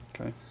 Okay